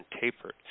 tapered